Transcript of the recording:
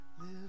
Live